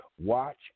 watch